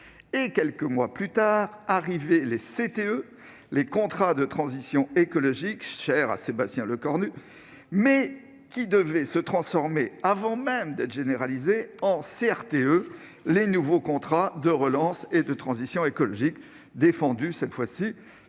Quelques mois plus tard arrivaient les CTE, les contrats de transition écologique, chers à Sébastien Lecornu, qui devaient se transformer, avant même d'être généralisés, en CRTE, les nouveaux contrats de relance et de transition écologique, défendus par le trio